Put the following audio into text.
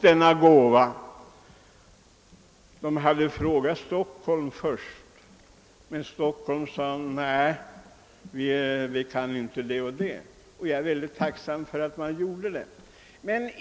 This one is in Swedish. Folksam hade först frågat Stockholms stad, men från stadens sida avvisade man anbudet. Jag är mycket tacksam för att man gjorde det.